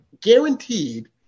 guaranteed